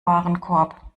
warenkorb